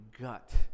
gut